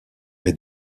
est